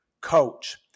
coach